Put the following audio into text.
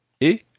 et